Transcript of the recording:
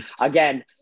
again